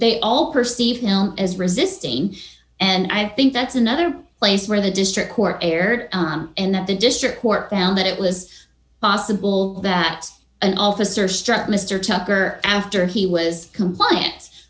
they all perceived as resisting and i think that's another place where the district court erred and that the district court found that it was possible that an officer struck mister tucker after he was complian